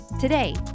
Today